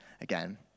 again